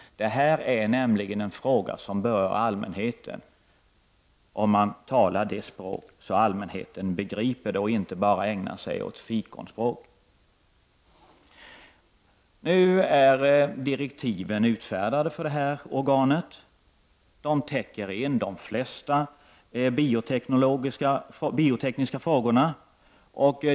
Det här är nämligen en fråga som berör allmänheten. Man skall tala det språk som allmänheten begriper och inte bara ägna sig åt fikonspråk. Nu är direktiven för detta organ utfärdade. De täcker de flesta biotekniska frågorna.